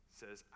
says